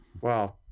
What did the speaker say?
Wow